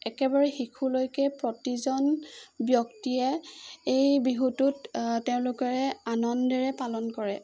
একেবাৰে শিশুলৈকে প্ৰতিজন ব্যক্তিয়ে এই বিহুটোত তেওঁলোকে আনন্দৰে পাৰ কৰে